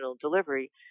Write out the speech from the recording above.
delivery